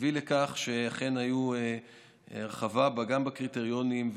הביא לכך שאכן הייתה הרחבה גם בקריטריונים,